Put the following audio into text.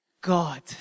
God